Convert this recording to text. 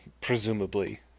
presumably